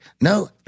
no